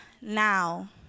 now